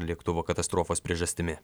lėktuvo katastrofos priežastimi